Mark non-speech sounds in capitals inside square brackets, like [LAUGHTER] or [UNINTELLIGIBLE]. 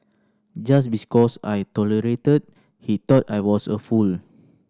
just [UNINTELLIGIBLE] cause I tolerated he thought I was a fool